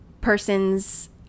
person's